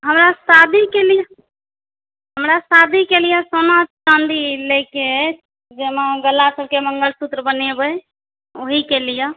हमरा शादीके लिए हमरा शादिके लिए समान छलै लै के जाहिमे गला सभके मङ्गलसुत्र बनेबै ओहिके लिए